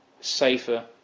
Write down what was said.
safer